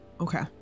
Okay